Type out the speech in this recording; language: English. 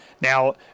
Now